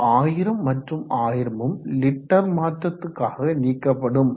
இந்த 1000 மற்றும் 1000 மும் லிட்டர் மாற்றத்துக்காக நீக்கப்படும்